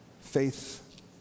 Faith